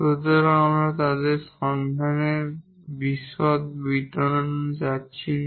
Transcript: সুতরাং আমরা তাদের সন্ধানের বিশদ বিবরণে যাচ্ছি না